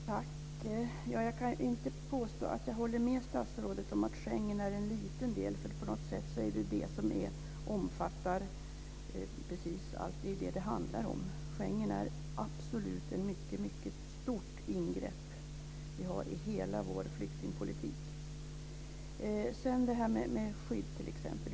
Fru talman! Jag kan inte påstå att jag håller med statsrådet om att Schengen är en liten del, för på något sätt är det ju det som omfattar precis allt - det är ju det som det handlar om. Schengen är absolut ett mycket stort ingrepp i hela vår flyktingpolitik. Sedan vill jag ta upp frågan om skydd, t.ex.